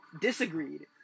disagreed